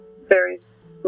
various